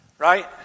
Right